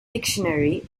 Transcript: dictionary